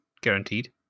guaranteed